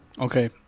Okay